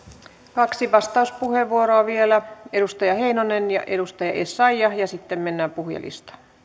kaksi vastauspuheenvuoroa vielä edustaja heinonen ja edustaja essayah ja sitten mennään puhujalistaan